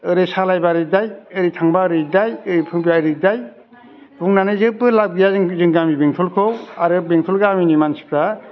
ओरै सालायबा ओरै दाय ओरै थांबा ओरै दाय ओरै फैबा ओरै दाय बुंनानै जेब्बो लाब गैया जोंनि जों गामि बेंथलखौ आरो बेंथल गामिनि मानसिफ्रा